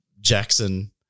Jackson